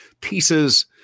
pieces